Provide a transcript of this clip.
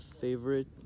favorite